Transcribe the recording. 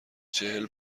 چهل